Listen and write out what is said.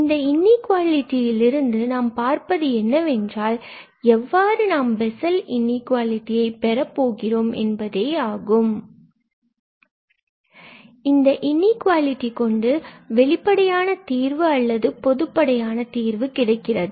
இந்த இன்இகுவாலிடியில்லிருந்து நாம் பார்ப்பது என்னவென்றால் எவ்வாறு நாம் பெஸல் இன்இகுவாலிட்டியை பெறப் போகிறோம் என்பதே ஆகும் இந்த இன்இகுவாலிடி கொண்டு வெளிப்படையான தீர்வு அல்லது பொதுப்படையான தீர்வு கிடைக்கிறது